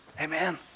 Amen